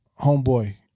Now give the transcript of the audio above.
Homeboy